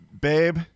babe